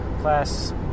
Class